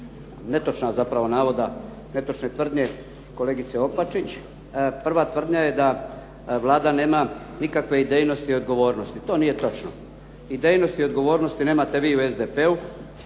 netočna zapravo navoda, netočne tvrdnje kolegice Opačić. Prva tvrdnja je da Vlada nema nikakve idejnosti i odgovornosti. To nije točno. Idejnosti i odgovornosti nemate vi u SDP-u.